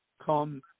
come